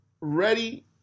ready